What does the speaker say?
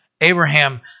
Abraham